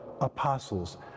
apostles